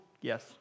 Yes